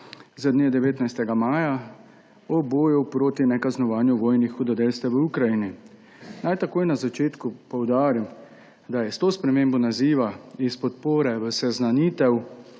z dne 19. maja 2022 o boju proti nekaznovanju vojnih hudodelstev v Ukrajini. Naj takoj na začetku poudarim, da je s to spremembo naziva iz podpore v seznanitev